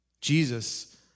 Jesus